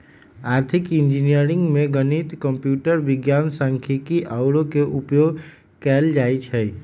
आर्थिक इंजीनियरिंग में गणित, कंप्यूटर विज्ञान, सांख्यिकी आउरो के उपयोग कएल जाइ छै